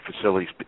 facilities